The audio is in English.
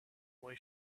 why